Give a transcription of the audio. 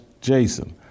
Jason